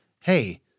hey